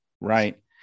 Right